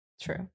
True